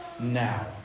now